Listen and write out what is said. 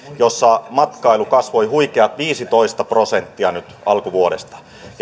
jossa matkailu kasvoi huikeat viisitoista prosenttia nyt alkuvuodesta